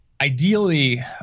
ideally